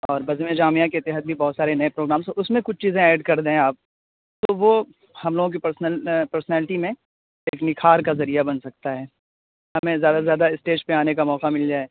اور بزم جامعہ کے تحت بھی بہت سارے نئے پروگرامس اس میں کچھ چیزیں ایڈ کر دیں آپ تو وہ ہم لوگ کی پرسنل پرسنالٹی میں ایک نکھار کا ذریعہ بن سکتا ہے ہمیں زیادہ سے زیادہ اسٹیج پہ آنے کا موقع مل جائے